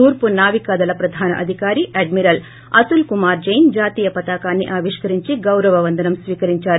తూర్పు నావికాదళ పధాన అధికారి అడ్మిరల్ అతుల్ కుమార్ జైన్ జాతీయ పతాకాన్ని ఆవిష్కరించి గౌరవ వందనం స్వీకరించారు